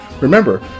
Remember